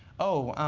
oh,